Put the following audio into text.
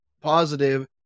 positive